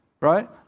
right